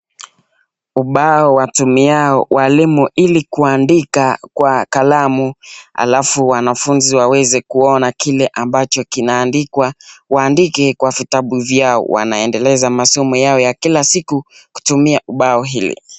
Ubao watumiao walimu ili kuandika kwa kalamu alafu wanafunzi waweza kuona kile ambacho kinaandikwa waandike kwa vitabu vyao. Wanaendeleza masomo yao ya kila siku kutumia ubao hili.